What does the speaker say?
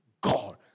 God